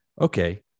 okay